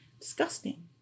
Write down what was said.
Disgusting